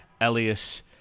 Elias